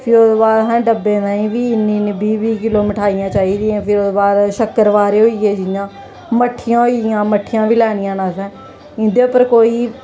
फिर ओह्दे बाद असें डब्बे ताईं बी इन्नी इन्नी बीह् बीह् किल्लो मठाइयां चाहिदयां फ्ही ओह्दे बाद शक्करवारे होई गे जियां मट्ठियां होई गेइयां मट्ठियां बी लैनियां न असें उं'दे उप्पर कोई